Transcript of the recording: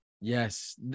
Yes